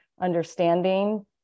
understanding